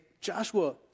Joshua